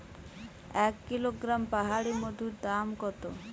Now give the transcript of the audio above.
এক কিলোগ্রাম পাহাড়ী মধুর দাম কত?